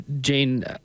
Jane